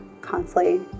constantly